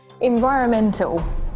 environmental